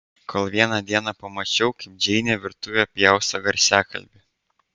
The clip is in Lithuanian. kol vieną dieną pamačiau kaip džeinė virtuvėje pjausto garsiakalbį